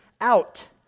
out